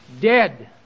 Dead